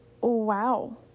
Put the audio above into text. wow